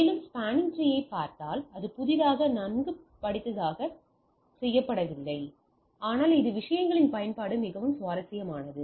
மீண்டும் ஸ்பின்னிங் ட்ரீயைப் பார்த்தால் அது புதியதாக நன்கு படித்ததாக செய்யப்படவில்லை ஆனால் இது இந்த விஷயங்களின் பயன்பாடு மிகவும் சுவாரஸ்யமானது